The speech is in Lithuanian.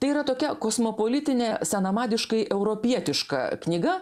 tai yra tokia kosmopolitinė senamadiškai europietiška knyga